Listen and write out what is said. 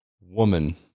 woman